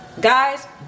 Guys